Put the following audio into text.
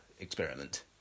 experiment